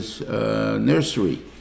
nursery